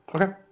Okay